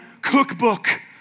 cookbook